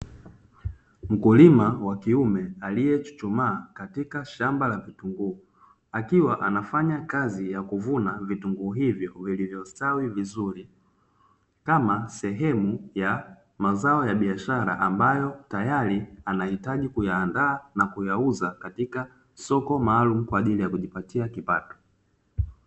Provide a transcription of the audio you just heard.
Mkulima wa kiume aliyechuchumaa katika shamba la vitunguu akiwa anafanya kazi ya kuvuna vitunguu hivyo vilivyostawi vizuri kama sehemu ya mazao ya biashara, ambayo tayari anahitaji kuyaandaa na kuyauza katika soko maalum kwa ajili ya kujipatia kipato.